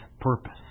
purpose